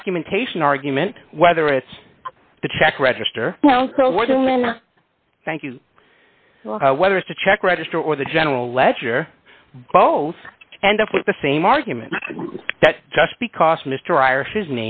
documentation argument whether it's the check register thank you well whether it's a check register or the general ledger both end up with the same argument that just because mr ayers his